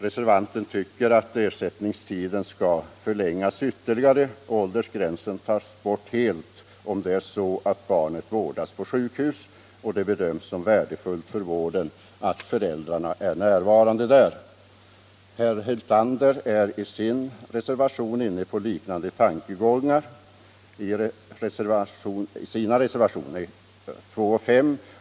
Reservanten tycker att ersättningstiden skall förlängas ytterligare och åldersgränsen tas bort helt om barnet vårdas på sjukhus och det bedöms värdefullt för vården att föräldrarna är närvarande. Herr Hyltander är i sina reservationer — 2 och 5 — inne på liknande tankegångar.